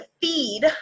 feed